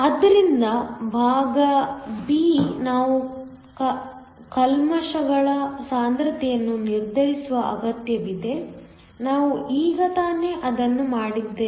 ಆದ್ದರಿಂದ ಭಾಗ B ನಾವು ಕಲ್ಮಶಗಳ ಸಾಂದ್ರತೆಯನ್ನು ನಿರ್ಧರಿಸುವ ಅಗತ್ಯವಿದೆ ನಾವು ಈಗ ತಾನೇಅದನ್ನು ಮಾಡಿದ್ದೇವೆ